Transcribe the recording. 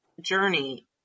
journey